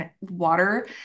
water